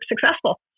successful